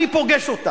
אני פוגש אותם,